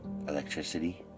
Electricity